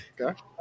Okay